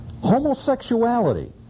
Homosexuality